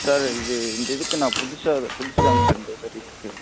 sir இது இந்த இதுக்கு நான் புதுசாக புதுசுதாங்க சார் இந்த சர்வீஸுக்கு